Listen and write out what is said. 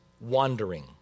wandering